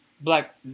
black